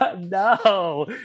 no